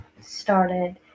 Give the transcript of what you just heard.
started